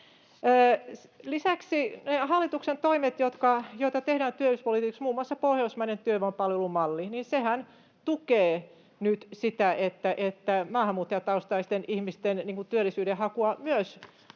Lisäksi hallituksen toimia, joita tehdään työllisyyspolitiikassa, on muun muassa pohjoismainen työvoimapalvelumalli. Sehän tukee nyt sitä, että maahanmuuttajataustaisten ihmisten työnhakua myös